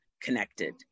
connected